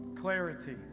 Clarity